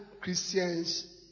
Christians